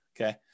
okay